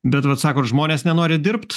bet vat sakot žmonės nenori dirbt